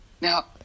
Now